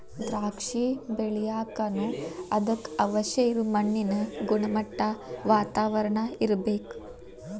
ದ್ರಾಕ್ಷಿ ಬೆಳಿಯಾಕನು ಅದಕ್ಕ ಅವಶ್ಯ ಇರು ಮಣ್ಣಿನ ಗುಣಮಟ್ಟಾ, ವಾತಾವರಣಾ ಇರ್ಬೇಕ